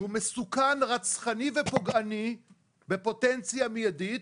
שהוא מסוכן, רצחני ופוגעני בפוטנציה מיידית,